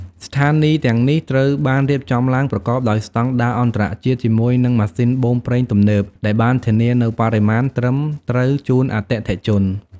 ស្ថានីយ៍ទាំងនេះត្រូវបានរៀបចំឡើងប្រកបដោយស្តង់ដារអន្តរជាតិជាមួយនឹងម៉ាស៊ីនបូមប្រេងទំនើបដែលបានធានានូវបរិមាណត្រឹមត្រូវជូនអតិថិជន។